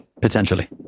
potentially